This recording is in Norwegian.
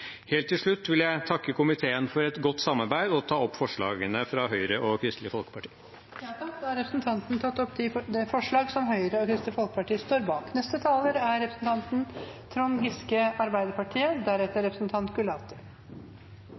Helt til slutt vil jeg takke komiteen for et godt samarbeid og ta opp forslagene fra Høyre og Kristelig Folkeparti. Da har representanten Tage Pettersen tatt opp de